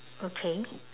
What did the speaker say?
okay